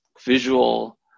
visual